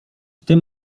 tym